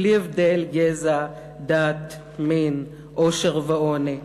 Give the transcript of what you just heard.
בלי הבדל גזע, דת, מין, עושר ועוני.